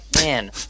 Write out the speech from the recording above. man